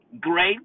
great